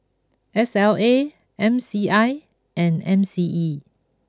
S L A M C I and M C E